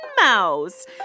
mouse